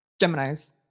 Geminis